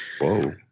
Whoa